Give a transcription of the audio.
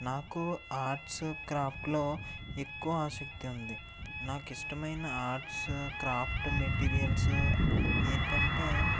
నాకు ఆర్ట్స్ క్రాఫ్ట్లో ఎక్కువ ఆసక్తి ఉంది నాకు ఇష్టమైన ఆర్ట్స్ క్రాఫ్ట్ మటీరియల్సు ఏంటంటే